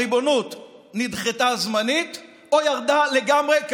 הריבונות נדחתה זמנית או ירדה לגמרי,